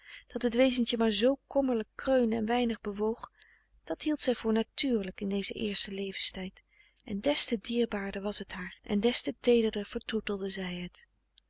dat het wezentje maar zoo kommerlijk kreunde en weinig bewoog dat hield zij voor natuurlijk in dezen eersten levenstijd en des te dierbaarder was het haar en des te